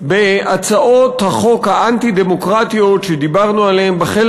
בין הצעות החוק האנטי-דמוקרטיות שדיברנו עליהן בחלק